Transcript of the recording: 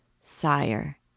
Sire